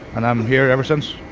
and i'm here ever since.